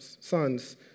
sons